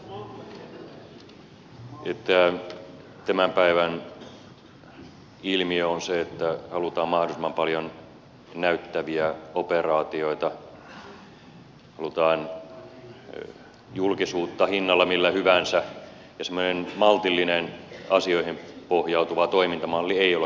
minä tiedän että tämän päivän ilmiö on se että halutaan mahdollisimman paljon näyttäviä operaatioita halutaan julkisuutta hinnalla millä hyvänsä ja semmoinen maltillinen asioihin pohjautuva toimintamalli ei ole kauhean suosittua